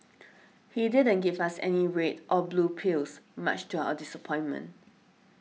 he didn't give us any red or blue pills much to our disappointment